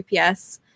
UPS